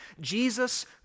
Jesus